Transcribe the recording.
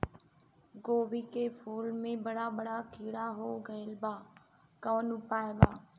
गोभी के फूल मे बड़ा बड़ा कीड़ा हो गइलबा कवन उपाय बा?